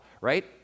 right